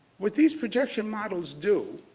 with these projection models do,